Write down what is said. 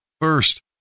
First